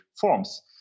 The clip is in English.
forms